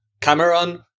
Cameron